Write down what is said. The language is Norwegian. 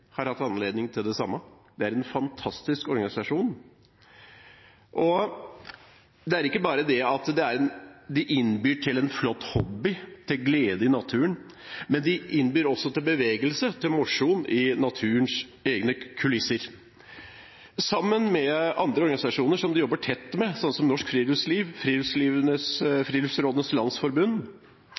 har hatt anledning til det samme. Det er en fantastisk organisasjon. Ikke bare innbyr de til en flott hobby, til glede i naturen, men de innbyr til bevegelse, til mosjon, i naturens egne kulisser. Sammen med andre organisasjoner som de jobber tett med, som Norsk Friluftsliv og Friluftsrådenes Landsforbund,